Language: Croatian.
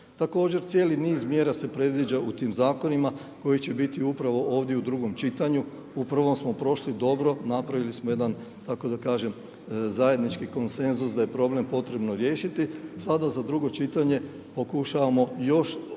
Također cijeli niz mjera se predviđa u tim zakonima koji će biti ovdje u drugom čitanju. U prvom smo prošli dobro, napravili smo jedan tako da kažem zajednički konsenzus da je problem potrebno riješiti, sada za drugo čitanje pokušavamo još